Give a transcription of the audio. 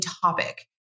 topic